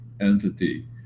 entity